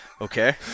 Okay